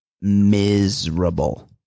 miserable